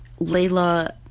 Layla